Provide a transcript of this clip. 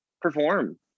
perform